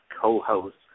co-host